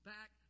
Back